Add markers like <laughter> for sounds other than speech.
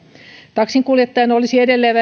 taksinkuljettajan olisi edelleen <unintelligible>